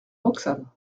roxane